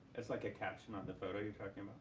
it's like a caption of the photo you're talking about?